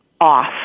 off